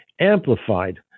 amplified